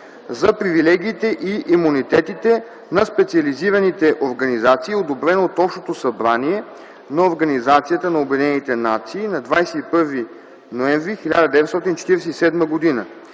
за привилегиите и имунитетите на специализираните организации, одобрена от Общото събрание на Организацията на